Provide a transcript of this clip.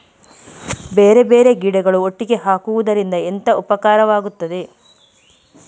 ಬೇರೆ ಬೇರೆ ಗಿಡಗಳು ಒಟ್ಟಿಗೆ ಹಾಕುದರಿಂದ ಎಂತ ಉಪಕಾರವಾಗುತ್ತದೆ?